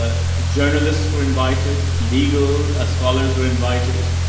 ah journalists were invited, legal ah scholars were invited,